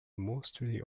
mostly